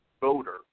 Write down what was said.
voter